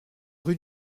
rue